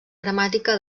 gramàtica